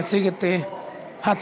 כשירות לכהונה של נבחר ציבור,